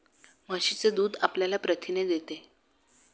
म्हशीचे दूध आपल्याला प्रथिने देते